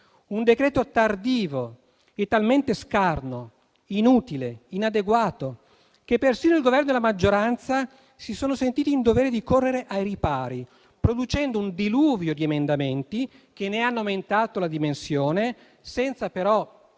Un decreto tardivo e talmente scarno, inutile e inadeguato che persino il Governo e la maggioranza si sono sentiti in dovere di correre ai ripari, producendo un diluvio di emendamenti che ne hanno aumentato la dimensione, senza però